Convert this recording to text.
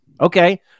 okay